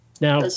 now